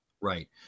right